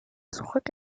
zurück